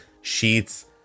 sheets